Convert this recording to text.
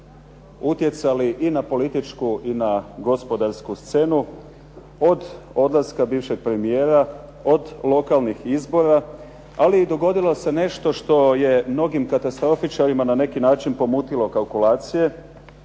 utjecali i na političku i na gospodarsku scenu od odlaska bivšeg premijera, od lokalnih izbora. Ali dogodilo se nešto što je mnogim katastrofičarima na neki način pomutilo kalkulacije,